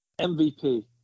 MVP